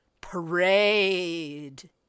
parade